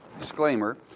Disclaimer